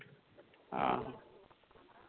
ᱚ